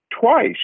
twice